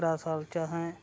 त्रै साल च असें